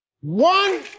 One